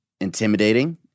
intimidating